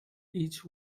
each